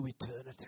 eternity